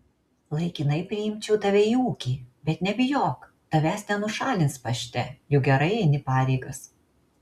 laikinai priimčiau tave į ūkį bet nebijok tavęs nenušalins pašte juk gerai eini pareigas